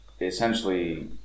essentially